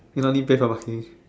if only best about he